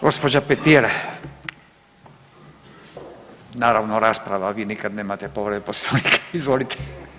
Gospođa Petir, naravno rasprava vi nikada nemate povredu Poslovnika, izvolite.